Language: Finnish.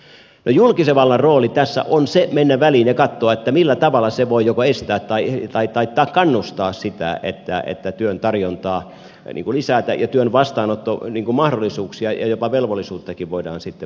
no julkisen vallan rooli tässä on mennä väliin ja katsoa millä tavalla se voi joko estää tai kannustaa sitä että työn tarjontaa lisätään ja työn vastaanottomahdollisuuksia ja jopa velvollisuuttakin voidaan sitten parantaa